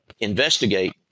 investigate